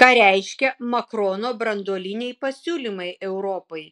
ką reiškia makrono branduoliniai pasiūlymai europai